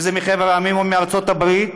אם זה מחבר המדינות או מארצות הברית,